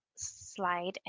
Slide